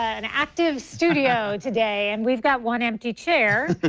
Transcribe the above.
ah an active studio today. and we've got one empty chair.